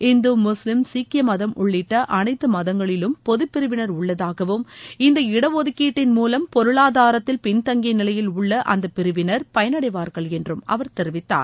இந்து முஸ்லீம் சீக்கிய மதம் உள்ளிட்ட அனைத்து மதங்களிலும் பொதுப்பிரிவினர் உள்ளதாகவும் இந்த இடஒதுக்கீட்டின் முலம் பொருளாதாரத்தில் பின்தங்கிய நிலையில் உள்ள அந்த பிரிவினர் பயன்டவார்கள் என்றும் அவர் தெரிவித்தார்